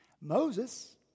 Moses